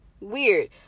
weird